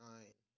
Nine